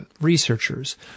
researchers